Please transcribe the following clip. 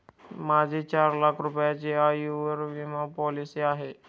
माझी चार लाख रुपयांची आयुर्विमा पॉलिसी आहे